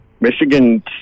michigan